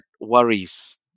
worries